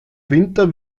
winter